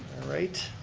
alright.